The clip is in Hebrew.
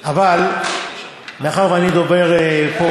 אבל מאחר שאני דובר פה